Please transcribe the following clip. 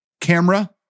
camera